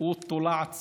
שהוא "תולעת ספרים"